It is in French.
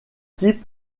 type